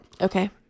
okay